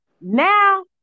now